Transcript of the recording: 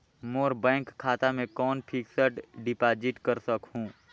मोर bank खाता मे कौन फिक्स्ड डिपॉजिट कर सकहुं?